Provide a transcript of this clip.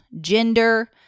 gender